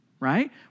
Right